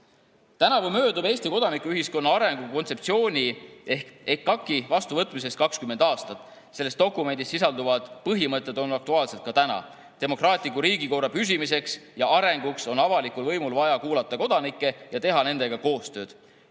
Tänavu möödub Eesti kodanikuühiskonna arengukontseptsiooni ehk EKAK-i vastuvõtmisest 20 aastat. Selles dokumendis sisalduvad põhimõtted on aktuaalsed ka täna. Demokraatliku riigikorra püsimiseks ja arenguks on avalikul võimul vaja kuulata kodanikke ja teha nendega koostööd.